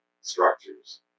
structures